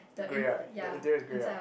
the grey right the interior is grey right